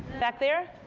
back there?